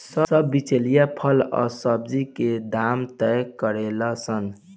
सब बिचौलिया फल आ सब्जी के दाम तय करेले सन